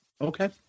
Okay